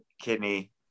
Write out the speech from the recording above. kidney